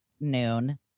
noon